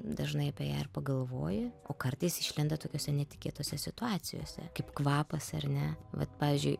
dažnai apie ją ir pagalvoji o kartais išlenda tokiose netikėtose situacijose kaip kvapas ar ne vat pavyzdžiui